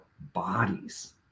bodies